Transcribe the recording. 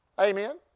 Amen